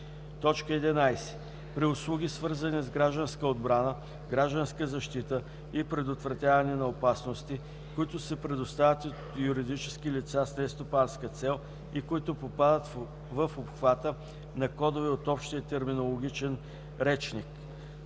11. при услуги, свързани с гражданска отбрана, гражданска защита и предотвратяване на опасности, които се предоставят от юридически лица с нестопанска цел и които попадат в обхвата на кодове от Общия терминологичен речник